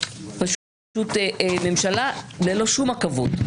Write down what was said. פשוט ממשלה ללא שום עכבות.